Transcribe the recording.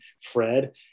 Fred